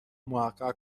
محقق